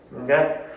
Okay